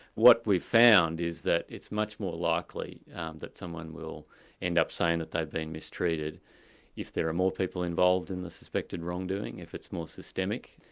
what we've found is that it's much more likely that someone will end up saying that they've been mistreated if there are more people involved in the suspected wrongdoing, if it's more systemic,